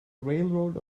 railroad